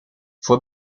fue